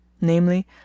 namely